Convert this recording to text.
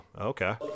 okay